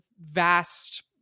vast